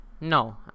No